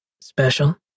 Special